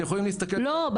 לא.